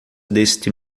deste